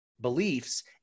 beliefs